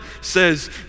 says